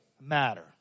matter